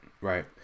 Right